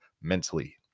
mentally